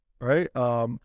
right